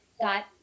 got